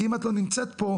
כי אם את לא נמצאת פה,